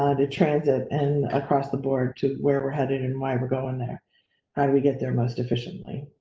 um and transit, and across the board to where we're headed and why we're going there how do we get there most efficiently?